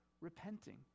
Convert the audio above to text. repenting